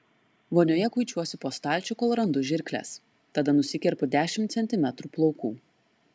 vonioje kuičiuosi po stalčių kol randu žirkles tada nusikerpu dešimt centimetrų plaukų